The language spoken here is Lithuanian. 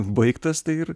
baigtas tai ir